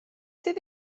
sydd